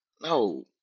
no